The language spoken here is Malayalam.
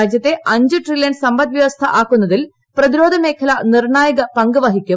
രാജ്യത്തെ അഞ്ച് ട്രില്യൺ സമ്പദ് വ്യവസ്ഥ ആക്കുസ്ത്രിൽ പ്രതിരോധ മേഖല നിർണ്ണായക പങ്ക് വഹിക്കും